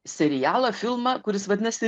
serialą filmą kuris vadinasi